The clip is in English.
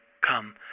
come